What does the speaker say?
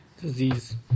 Disease